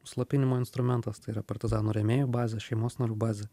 slopinimo instrumentas tai yra partizanų rėmėjų bazė šeimos narių bazė